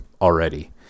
already